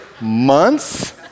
months